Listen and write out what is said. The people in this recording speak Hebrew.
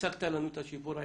הצגת לנו את השיפור.